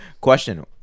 Question